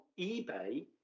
ebay